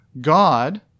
God